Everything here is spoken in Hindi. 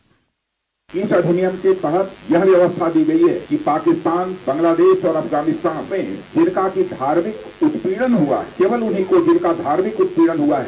बाइट इस अधिनियम के तहत यह व्यवस्था की गयी है कि पाकिस्तान बांग्लादेश और अफगानिस्तान में जिनका कि धार्मिक उत्पीड़न हुआ है केवल उन्हीं का जिनका धार्मिक उत्पीड़न हुआ है